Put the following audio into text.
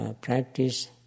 practice